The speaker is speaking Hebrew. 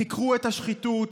חקרו את השחיתות,